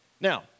Now